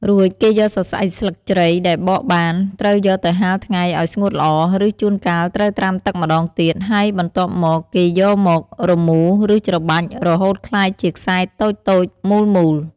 រួចគេយកសរសៃស្លឹកជ្រៃដែលបកបាន ត្រូវយកទៅហាលថ្ងៃឲ្យស្ងួតល្អ ឬជួនកាលត្រូវត្រាំទឹកម្ដងទៀត ហើយបន្ទាប់មក គេយកមក រមូរ ឬច្របាច់ រហូតក្លាយជាខ្សែតូចៗមូលៗ។